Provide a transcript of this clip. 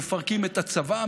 מפרקים את הצבא,